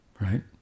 right